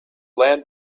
land